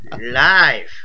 live